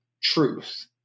truth